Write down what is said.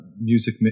music